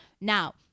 now